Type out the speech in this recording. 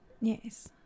yes